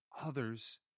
Others